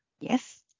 Yes